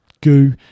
goo